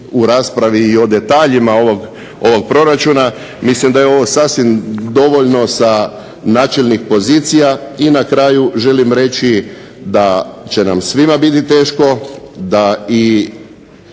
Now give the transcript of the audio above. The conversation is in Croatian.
govoriti i o detaljima ovog proračuna. Mislim da je ovo sasvim dovoljno sa načelnih pozicija. I na kraju želim reći da će nam svima biti teško da i